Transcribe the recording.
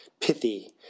pithy